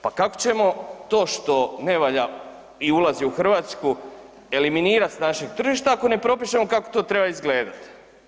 Pa kako ćemo to što ne valja i ulazi u Hrvatsku eliminirati s našeg tržišta, ako ne propišemo kako to treba izgledati?